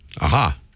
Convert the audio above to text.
Aha